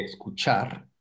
escuchar